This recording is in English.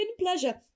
pleasure